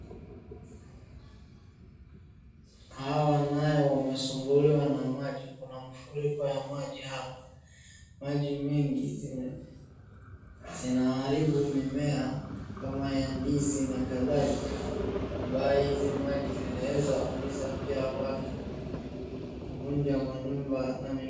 Hawa nayo wamesumbuliwa na maji, kuna mafuriko ya maji hapa, maji mengi zinaharibu mimea kama ya ndizi nakadhalika ambayo hizi maji zinaweza umiza pia watu kuvunja manyumba na mengineyo.